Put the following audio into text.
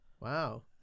Wow